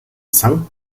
sankt